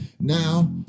Now